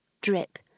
drip